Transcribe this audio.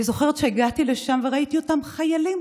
אני זוכרת שהגעתי לשם וראיתי אותם: חיילים,